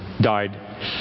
died